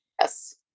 Yes